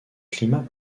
climat